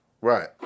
Right